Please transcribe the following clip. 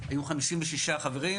היו 56 חברים,